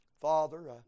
Father